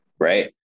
Right